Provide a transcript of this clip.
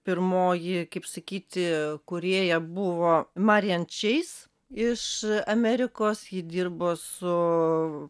pirmoji kaip sakyti kūrėja buvo marijan čeis iš amerikos ji dirbo su